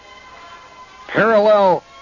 Parallel